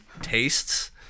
tastes